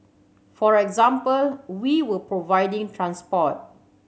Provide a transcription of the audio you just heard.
for example we were providing transport